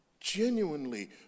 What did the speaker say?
Genuinely